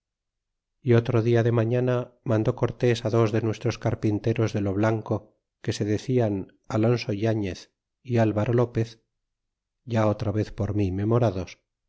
y otro dia de mañana mandó cortés dos de nuestros carpinteros de lo blanco que se decian alonso yafiez y alvaro lopez ya otra vez por mí memorados